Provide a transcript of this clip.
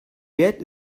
wert